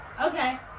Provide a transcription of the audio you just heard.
Okay